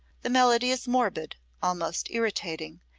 the melody is morbid, almost irritating,